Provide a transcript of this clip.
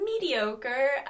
mediocre